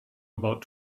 about